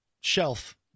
shelf